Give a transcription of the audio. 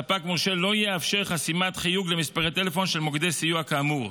ספק מורשה לא יאפשר חסימת חיוג למספרי טלפון של מוקדי סיוע כאמור,